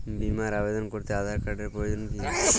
বিমার আবেদন করতে আধার কার্ডের প্রয়োজন কি?